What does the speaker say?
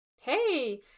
Hey